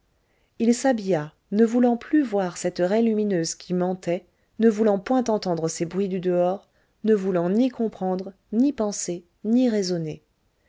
il s'habilla ne voulant plus voir cette raie lumineuse qui mentait ne voulant point entendre ces bruits du dehors ne voulant ni comprendre ni penser ni raisonner